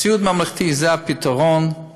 סיעוד ממלכתי זה הפתרון.